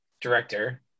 director